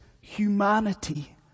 humanity